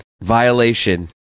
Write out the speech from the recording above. violation